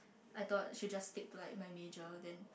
I thought should just stick to like my major then